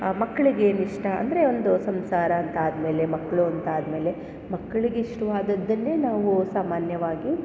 ಮಕ್ಕಳಿಗೇನಿಷ್ಟ ಅಂದರೆ ಒಂದು ಸಂಸಾರ ಅಂತ ಆದಮೇಲೆ ಮಕ್ಕಳು ಅಂತಾದಮೇಲೆ ಮಕ್ಕಳಿಗಿಷ್ಟವಾದದ್ದನ್ನೇ ನಾವು ಸಾಮಾನ್ಯವಾಗಿ